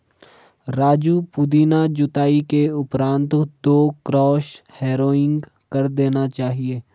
राजू पुदीना जुताई के उपरांत दो क्रॉस हैरोइंग कर देना चाहिए